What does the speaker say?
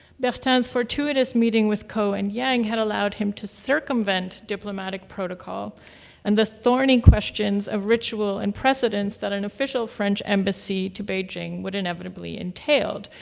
bertin's fortuitous meeting with ko and yang had allowed him to circumvent diplomatic protocol and the thorny questions of ritual and precedence that an official french embassy to beijing would inevitably entail.